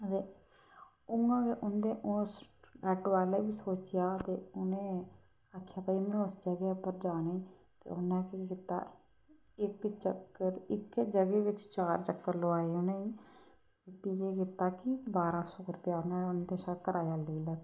ते उ'यां गैं उं'दे आटो आह्ले बी सोचेआ ते उ'नें आखेआ भाई में उस जगह् पर जाना ऐ ते उ'न्नै केह् कीता इक चक्कर इक जगह बिच्च चार चक्कर लोआए उनेईं फ्ही केह् कीता कि बारां सौ रपेआ उ'नें उं'दे शा कराया लेई लैता